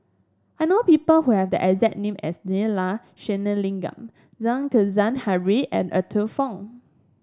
I know people who have the exact name as Neila Sathyalingam Then Kezhan Henri and Arthur Fong